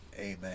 amen